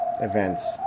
events